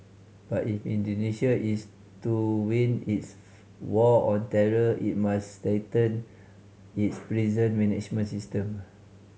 but if Indonesia is to win its war on terror it must strengthen its prison management system